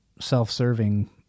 self-serving